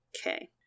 Okay